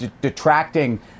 detracting